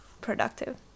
productive